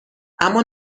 اما